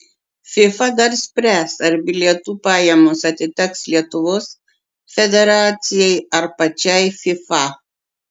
fifa dar spręs ar bilietų pajamos atiteks lietuvos federacijai ar pačiai fifa